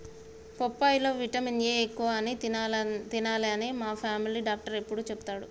బొప్పాయి లో vitamin A ఎక్కువ అని తినాలే అని మా ఫామిలీ డాక్టర్ ఎప్పుడు చెపుతాడు